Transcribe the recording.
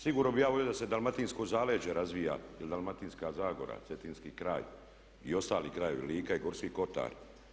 Sigurno bih ja volio da se dalmatinsko zaleđe razvija ili Dalmatinska zagora, cetinski kraj i ostali krajevi Lika i Gorski kotar.